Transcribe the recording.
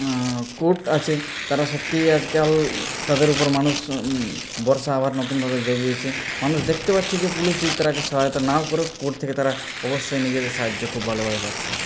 court আছে তারা সত্যি আজকাল তাদের উপর মানুষ ভরসা আবার নতুনভাবে যুগিয়েছে মানুষ দেখতে পাচ্ছে যে পুলিশ যদি তাদেরকে সহায়তা নাও করুক কোর্ট থেকে তারা অবশ্যই নিজেদের সাহায্য খুব ভালোভাবে পাচ্ছে